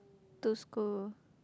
to school